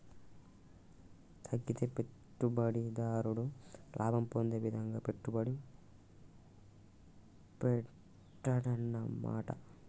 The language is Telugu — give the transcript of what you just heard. తగ్గితే పెట్టుబడిదారుడు లాభం పొందే విధంగా పెట్టుబడి పెట్టాడన్నమాట